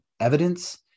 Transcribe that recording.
evidence